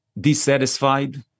dissatisfied